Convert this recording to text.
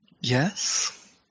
Yes